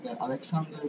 Alexander